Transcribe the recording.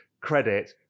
credit